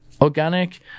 organic